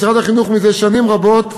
משרד החינוך, מזה שנים רבות,